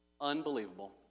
Unbelievable